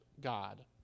God